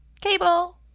cable